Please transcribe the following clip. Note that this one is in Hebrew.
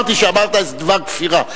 לא אמרתי שאמרת איזה דבר כפירה.